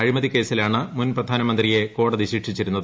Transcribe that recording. അഴിമതിക്കേസിലാണ് മുൻപ്രധാനമന്ത്രിയെ കോടതി ശിക്ഷിച്ചിരുന്നത്